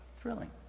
thrilling